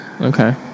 okay